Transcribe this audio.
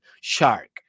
shark